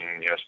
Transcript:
Yes